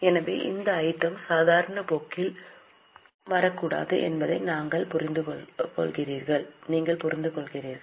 எனவே இந்த ஐட்டம் சாதாரண போக்கில் வரக்கூடாது என்பதை நீங்கள் புரிந்துகொள்கிறீர்கள்